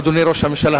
אדוני ראש הממשלה,